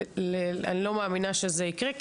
אני לא מאמינה שזה יקרה.